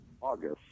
August